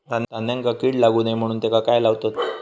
धान्यांका कीड लागू नये म्हणून त्याका काय लावतत?